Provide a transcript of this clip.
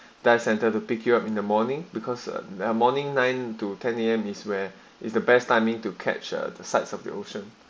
dive center to pick you up in the morning because their morning nine to ten A_M is where is the best timing to capture the sides of the ocean